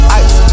ice